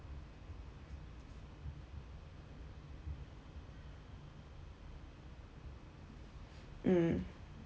mm